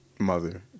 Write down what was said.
Mother